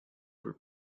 were